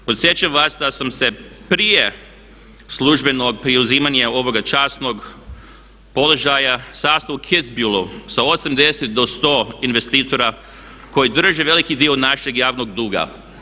Podsjećam vas da sam se prije službenog preuzimanja ovog časnog položaja sastao u Kitzbühelu sa 80 do 100 investitora koji drže veliki dio našeg javnog duga.